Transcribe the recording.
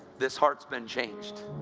this heart's been changed.